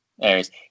areas